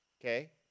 Okay